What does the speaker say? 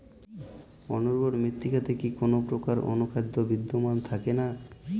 অনুর্বর মৃত্তিকাতে কি কোনো প্রকার অনুখাদ্য বিদ্যমান থাকে না?